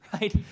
right